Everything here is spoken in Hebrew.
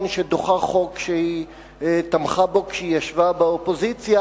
שדוחה חוק שתמכה בו כשהיא ישבה באופוזיציה,